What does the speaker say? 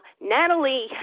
Natalie